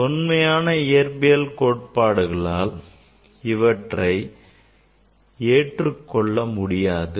தொன்மையான இயற்பியல் கோட்பாடுகளால் இவற்றை ஏற்றுக் கொள்ள முடியாது